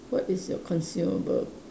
what is your consumable